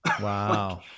Wow